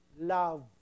love